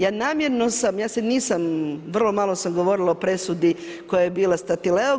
Ja namjerno sam, ja se nisam, vrlo malo sam govorila o presudi koja je bila Statileo.